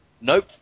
nope